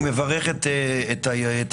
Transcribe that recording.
אני מברך את היוזמים.